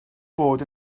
bod